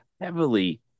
heavily